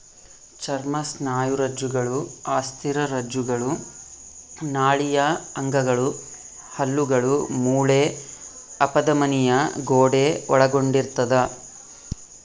ಚರ್ಮ ಸ್ನಾಯುರಜ್ಜುಗಳು ಅಸ್ಥಿರಜ್ಜುಗಳು ನಾಳೀಯ ಅಂಗಗಳು ಹಲ್ಲುಗಳು ಮೂಳೆ ಅಪಧಮನಿಯ ಗೋಡೆ ಒಳಗೊಂಡಿರ್ತದ